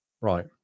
Right